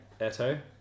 Eto